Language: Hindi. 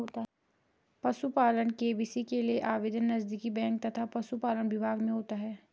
पशुपालन के.सी.सी के लिए आवेदन नजदीकी बैंक तथा पशुपालन विभाग में होता है